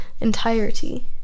entirety